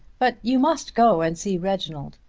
but you must go and see reginald.